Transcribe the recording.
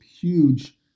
huge